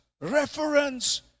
reference